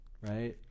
right